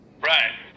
right